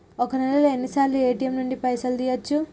ఒక్క నెలలో ఎన్నిసార్లు ఏ.టి.ఎమ్ నుండి పైసలు తీయచ్చు?